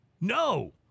No